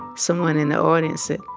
someone in the audience said,